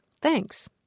Thanks